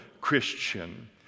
Christian